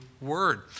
word